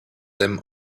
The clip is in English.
them